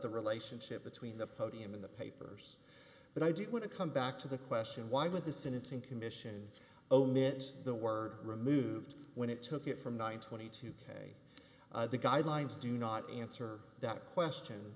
the relationship between the podium in the papers but i do want to come back to the question why would the sentencing commission omit the word removed when it took it from nine to twenty two k the guidelines do not answer that question